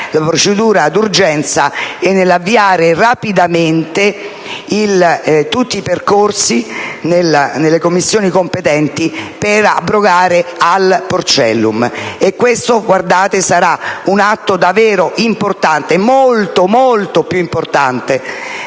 la procedura d'urgenza e nell'avviare rapidamente tutti i percorsi nelle Commissioni competenti per abrogare il porcellum. Questo sarà un atto davvero importante, molto più importante